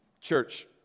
Church